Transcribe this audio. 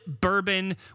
bourbon